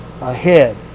ahead